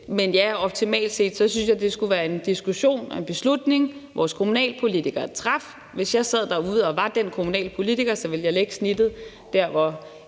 Men optimalt set synes jeg det skulle være en diskussion og en beslutning, vores kommunalpolitikere traf. Hvis jeg sad derude og var den kommunalpolitiker, ville jeg lægge snittet der, hvor